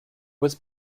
was